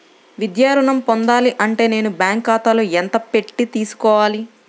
విద్యా ఋణం పొందాలి అంటే నేను బ్యాంకు ఖాతాలో ఎంత పెట్టి తీసుకోవాలి?